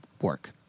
work